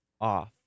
off